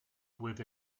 with